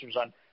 on –